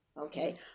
okay